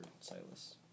Silas